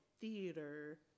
theater